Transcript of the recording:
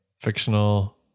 fictional